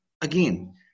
again